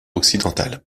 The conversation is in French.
occidentale